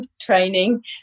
training